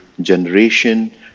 generation